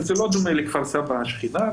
זה לא דומה לכפר סבא השכנה,